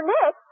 Nick